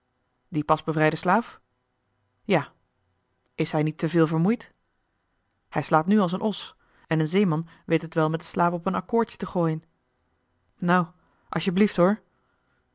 die pas bevrijde slaaf ja is hij niet te veel vermoeid hij slaapt nu als een os en een zeeman weet het wel met den slaap op een accoordje te gooien nou asjeblieft hoor